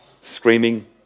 screaming